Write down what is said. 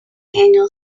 annual